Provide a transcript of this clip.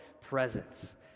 presence